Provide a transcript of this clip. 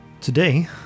Today